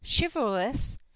chivalrous